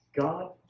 God